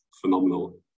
phenomenal